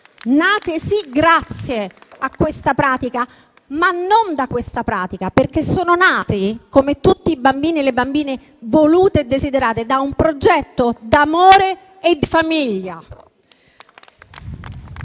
nati sì grazie a questa pratica, ma non da questa pratica, perché sono nati, come tutti i bambini e le bambine voluti e desiderati, da un progetto d'amore e di famiglia.